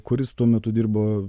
kuris tuo metu dirbo